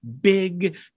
big